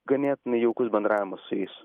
ganėtinai jaukus bendravimas su jais